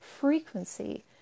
frequency